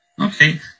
Okay